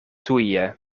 tuje